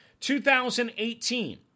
2018